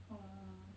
orh